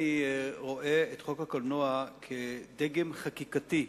אני רואה את חוק הקולנוע כדגם חקיקתי,